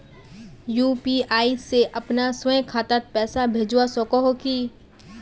UPI से अपना स्वयं खातात पैसा भेजवा सकोहो ही?